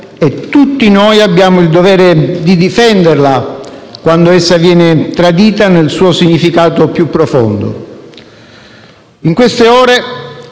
e tutti noi abbiamo il dovere di difenderla, quando essa viene tradita nel suo significato più profondo. In queste ore